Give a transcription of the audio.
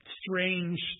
strange